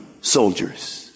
Soldiers